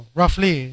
roughly